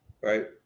Right